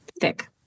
thick